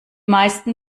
meisten